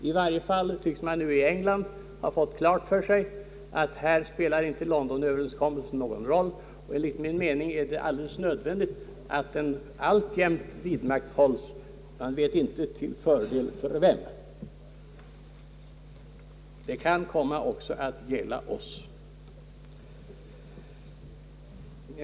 I varje fall tycks man nu i England ha fått klart för sig att Londonöverenskommelsen här inte spelar någon roll. Enligt min mening är det alldeles nödvändigt att den alltjämt vidmakthålles. Det kan komma att gälla också oss.